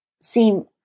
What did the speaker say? seem